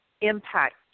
impact